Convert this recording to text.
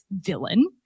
villain